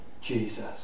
Jesus